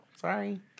sorry